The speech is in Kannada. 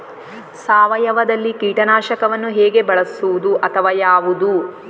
ಸಾವಯವದಲ್ಲಿ ಕೀಟನಾಶಕವನ್ನು ಹೇಗೆ ಬಳಸುವುದು ಅಥವಾ ಯಾವುದು?